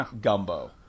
gumbo